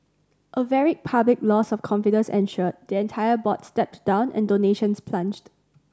a very public loss of confidence ensued the entire board stepped down and donations plunged